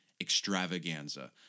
extravaganza